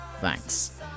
Thanks